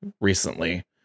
recently